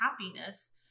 happiness